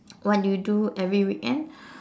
what do you do every weekend